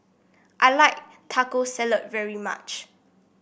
I like Taco Salad very much